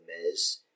Miz